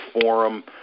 forum